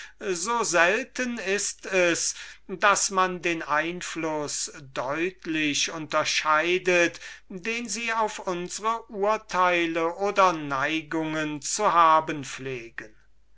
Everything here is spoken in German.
so selten ist es daß man den einfluß deutlich unterscheidet den sie auf unsre urteile oder neigungen zu haben pflegen